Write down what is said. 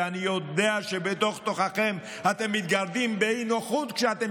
ואני יודע שבתוך-תוככם אתם מתגרדים באי-נוחות כשאתם